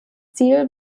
ziel